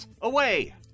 Away